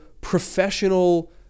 professional